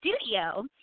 studio